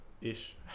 ish